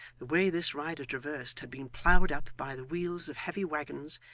the way this rider traversed had been ploughed up by the wheels of heavy waggons,